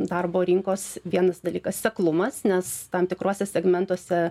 darbo rinkos vienas dalykas seklumas nes tam tikruose segmentuose